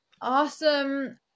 Awesome